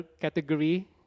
category